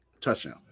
touchdown